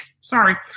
Sorry